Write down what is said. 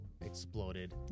exploded